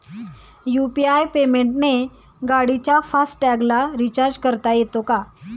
UPI पेमेंटने गाडीच्या fast टॅगला रिर्चाज करता येते का?